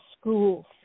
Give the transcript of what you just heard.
school